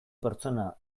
pertsona